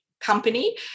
company